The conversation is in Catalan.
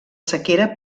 sequera